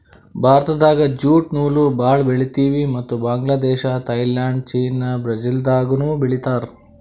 ಭಾರತ್ದಾಗ್ ಜ್ಯೂಟ್ ನೂಲ್ ಭಾಳ್ ಬೆಳಿತೀವಿ ಮತ್ತ್ ಬಾಂಗ್ಲಾದೇಶ್ ಥೈಲ್ಯಾಂಡ್ ಚೀನಾ ಬ್ರೆಜಿಲ್ದಾಗನೂ ಬೆಳೀತಾರ್